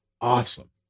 awesome